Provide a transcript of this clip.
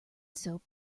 soap